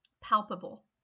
palpable